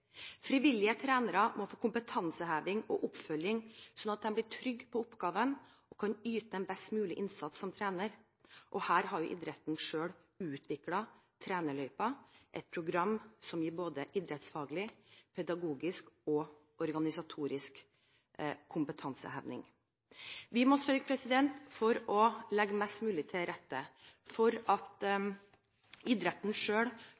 Frivillige trenere må få kompetanseheving og oppfølging, slik at de blir trygge på oppgaven og kan yte en best mulig innsats som trener. Her har idretten selv utviklet Trenerløypa – et program som gir både idrettsfaglig, pedagogisk og organisatorisk kompetanseheving. Vi må sørge for å legge best mulig til rette for at idretten